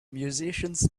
musicians